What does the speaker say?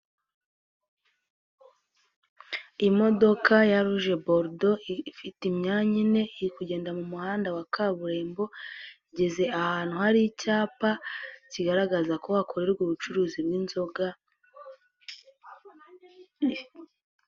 Imodoka ya rouger buldo ifite imyanya ine, iri kugenda mu muhanda wa kaburimbo, igeze ahantu hari icyapa, kigaragaza ko hakorerwa ubucuruzi bw'inzoga.